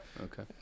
okay